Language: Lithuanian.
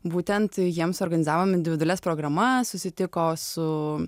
būtent jiems organizavom individualias programas susitiko su